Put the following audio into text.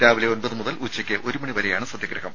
രാവിലെ ഒമ്പത് മുതൽ ഉച്ചയ്ക്ക് ഒരു മണി വരെയാണ് സത്യഗ്രഹം